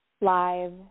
live